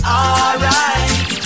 alright